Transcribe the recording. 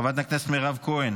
חברת הכנסת מירב כהן,